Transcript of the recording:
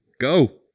Go